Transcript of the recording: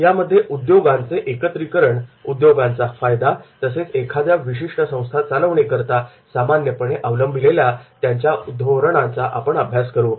यामध्ये उद्योगांचे एकत्रीकरण उद्योगांचा फायदा तसेच एखाद्या विशिष्ट संस्था चालवणे करता सामान्यपणे अवलंबिलेल्या त्यांच्या धोरणांचा आपण अभ्यास करू